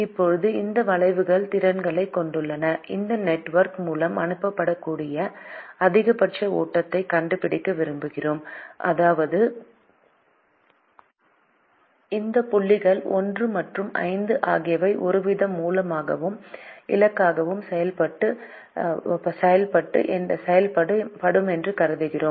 இப்போது இந்த வளைவுகள் திறன்களைக் கொண்டுள்ளன இந்த நெட்வொர்க் மூலம் அனுப்பக்கூடிய அதிகபட்ச ஓட்டத்தைக் கண்டுபிடிக்க விரும்புகிறோம் அதாவது இந்த புள்ளிகள் 1 மற்றும் 5 ஆகியவை ஒருவித மூலமாகவும் இலக்காகவும் செயல்படும் என்று கருதுவோம்